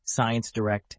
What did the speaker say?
ScienceDirect